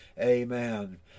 Amen